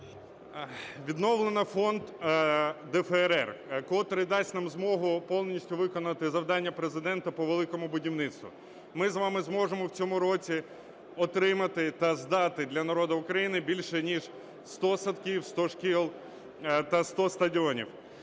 Відновлено фонд ДФРР, котрий дасть нам змогу повністю виконати завдання Президента по великому будівництву. Ми з вами зможемо в цьому році отримати та здати для народу України більш ніж 100 садків, 100 шкіл та 100 стадіонів.